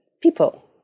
people